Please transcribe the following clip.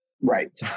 right